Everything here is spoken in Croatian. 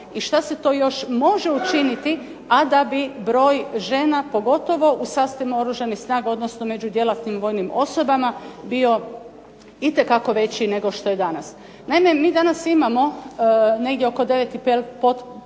i što se to još može učiniti, a da bi broj žena pogotovo u sastavima Oružanih snaga, odnosno među djelatnim vojnim osobama bio itekako veći nego što je danas. Naime, mi danas imamo negdje oko 9,5% žena